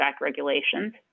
regulations